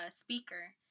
speaker